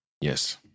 Yes